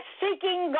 seeking